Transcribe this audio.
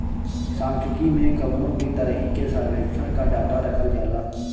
सांख्यिकी में कवनो भी तरही के सर्वेक्षण कअ डाटा रखल जाला